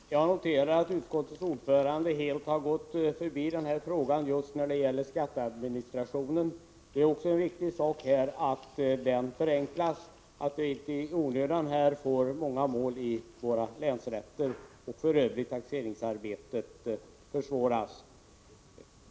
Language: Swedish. Herr talman! Jag noterar att utskottets ordförande helt har gått förbi frågan om skatteadministrationen. Det är också viktigt att den förenklas så att vi inte i onödan får många mål i våra länsrätter och så att inte - Nr48 taxeringsarbetet försvåras.